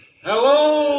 Hello